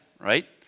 right